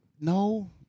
No